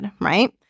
right